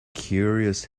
curious